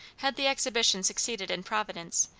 had the exhibition succeeded in providence,